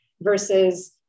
versus